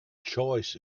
choice